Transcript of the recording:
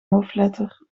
hoofdletter